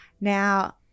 Now